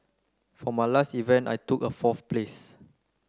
for my last event I took a fourth place